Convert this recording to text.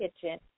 kitchen